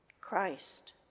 Christ